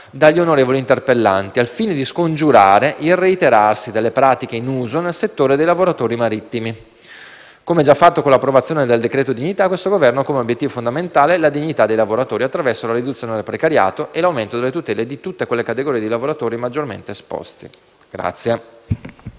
dagli onorevoli interpellanti, al fine di scongiurare il reiterarsi delle pratiche in uso nel settore dei lavoratori marittimi. Come già fatto con l'approvazione del decreto dignità, questo Governo ha come obiettivo fondamentale la dignità dei lavoratori attraverso la riduzione del precariato e l'aumento delle tutele di tutte quelle categorie di lavoratori maggiormente esposti.